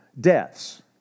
deaths